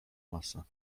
masa